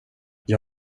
jag